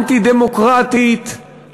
אנטי-דמוקרטית,